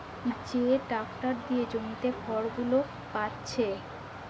যে ট্যাক্টর দিয়ে জমিতে খড়গুলো পাচ্ছে